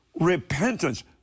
repentance